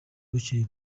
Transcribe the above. bakiri